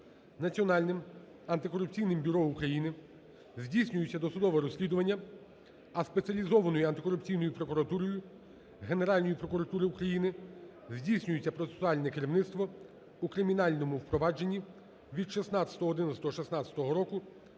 Національним антикорупційним бюро України здійснюється досудове розслідування, а Спеціалізованою антикорупційною прокуратурою Генеральної прокуратури України здійснюється процесуальне керівництво у кримінальному провадженні від 16.11.2016 року